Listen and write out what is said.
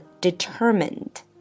determined